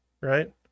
right